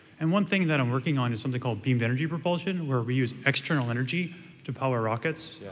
and one thing that i'm working on is something called beamed energy propulsion where we use external energy to power rockets,